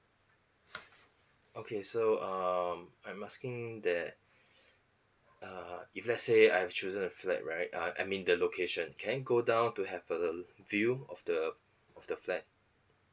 okay so um I'm asking that ah if let's say I've chosen a flat right ah I mean the location can I go down to have a view of the of the flat